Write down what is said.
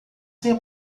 tenha